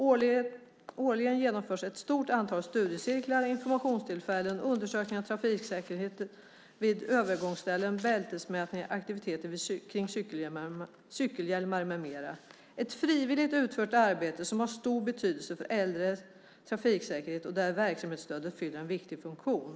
Årligen genomförs ett stort antal studiecirklar, informationstillfällen, undersökningar av trafiksäkerhet vid övergångsställen, bältesmätningar, aktiviteter kring cykelhjälmar m.m. Ett frivilligt utfört arbete som har stor betydelse för de äldres trafiksäkerhet och där verksamhetsstödet fyller en viktig funktion."